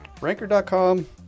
ranker.com